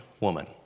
woman